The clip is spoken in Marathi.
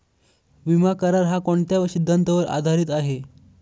विमा करार, हा कोणत्या सिद्धांतावर आधारीत आहे?